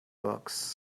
books